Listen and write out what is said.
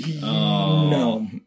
No